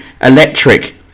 Electric